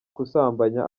gusambanya